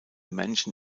menschen